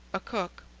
a cook.